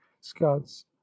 scots